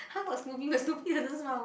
how about Snoopy my Snoopy doesn't smile